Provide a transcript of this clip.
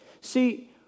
See